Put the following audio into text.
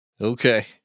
Okay